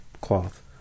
cloth